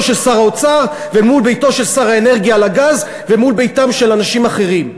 של שר האוצר ומול ביתו של שר האנרגיה על הגז ומול ביתם של אנשים אחרים.